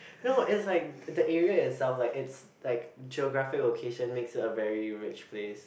no it's like the area itself like it's like geographic occasion makes it a very rich place